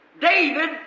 David